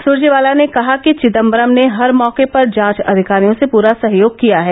सुरजेवाला ने कहा कि विदम्बरम र्न हर मौके पर जांच अधिकारियों से पूरा सहयोग किया है